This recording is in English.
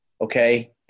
okay